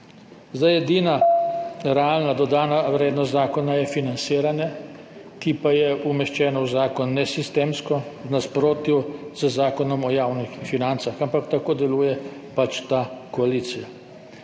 Edina realna dodana vrednost zakona je financiranje, ki pa je umeščeno v zakon nesistemsko, v nasprotju z Zakonom o javnih financah, ampak tako deluje ta koalicija.